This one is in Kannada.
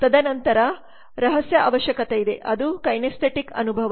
ತದನಂತರ ರಹಸ್ಯ ಅವಶ್ಯಕತೆಯಿದೆ ಅದು ಕೈನೆಸ್ಥೆಟಿಕ್ ಅನುಭವ